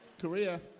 Korea